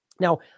Now